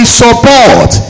support